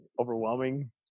overwhelming